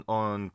on